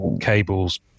Cable's